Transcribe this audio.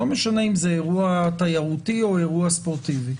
לא משנה אם זה אירוע תיירותי או אירוע ספורטיבי,